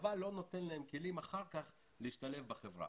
הצבא לא נותן להם כלים אחר כך להשתלב בחברה.